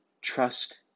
trust